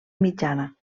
mitjana